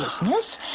business